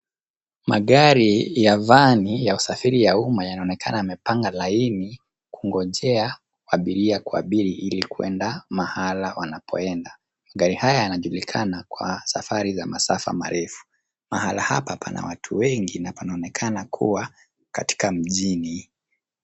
Magari ya vani ya usafiri ya umma yanaonekana yamepanga laini kungojea abiria kuabiri ili kuenda mahala wanapoenda. Magari haya yanajulikana kwa safari za masafa marefu. Mahala hapa pana watu wengi na panaonekana kuwa katika mjini.